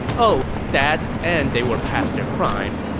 oh, that and they were past their prime.